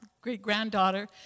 great-granddaughter